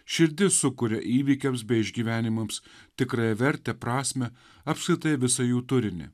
širdis sukuria įvykiams bei išgyvenimams tikrąją vertę prasmę apskritai visą jų turinį